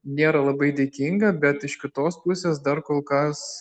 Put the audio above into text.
nėra labai dėkinga bet iš kitos pusės dar kol kas